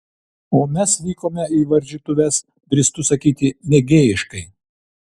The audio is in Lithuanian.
o mes vykome į varžytuves drįstu sakyti mėgėjiškai